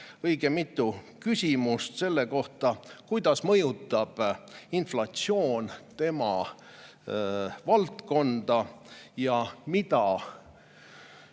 õige mitu küsimust selle kohta, kuidas mõjutab inflatsioon tema valdkonda ja mida,